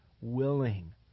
willing